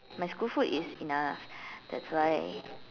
my school food is in a that's why